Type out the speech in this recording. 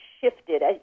shifted